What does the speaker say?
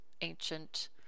ancient